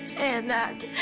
and that,